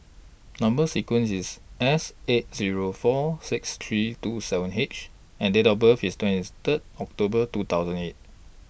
Number sequence IS S eight Zero four six three two seven H and Date of birth IS twenties Third October two thousand eight